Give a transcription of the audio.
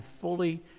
fully